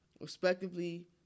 Respectively